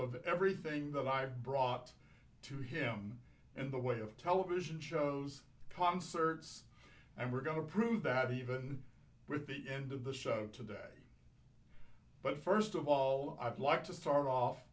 of everything that i've brought to him in the way of television shows concerts and we're going to prove that even with the end of the show today but first of all i'd like to start off